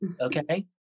okay